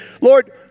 Lord